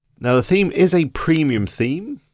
now the theme is a premium theme,